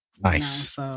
Nice